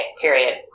period